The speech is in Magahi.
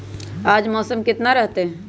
आज मौसम किसान रहतै?